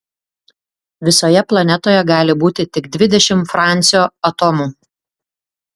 visoje planetoje gali būti tik dvidešimt francio atomų